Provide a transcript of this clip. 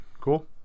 cool